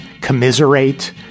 commiserate